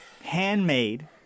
handmade